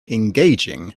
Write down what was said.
engaging